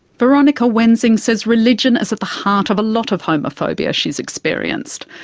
veronica wensing says religion is at the heart of a lot of homophobia she's experienced.